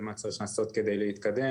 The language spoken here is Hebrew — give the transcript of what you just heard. על מה שצריך לעשות כדי להתקדם,